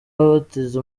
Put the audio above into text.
bateze